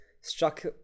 struck